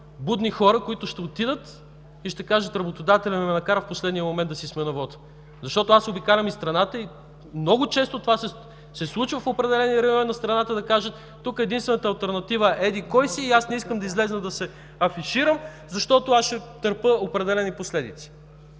будни хора, които ще отидат и ще кажат: работодателят ме накара в последния момент да си сменя вота. Защото аз обикалям из страната и много често се случва в определени райони да кажат: тук единствената алтернатива е еди кой си и аз не искам да изляза да се афиширам, защото ще търпя определени последствия.